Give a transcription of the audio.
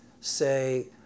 say